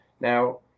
Now